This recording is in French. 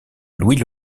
louis